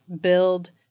build